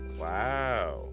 Wow